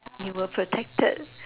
you were protected